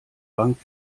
bank